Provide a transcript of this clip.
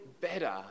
better